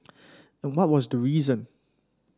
and what was the reason